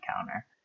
counter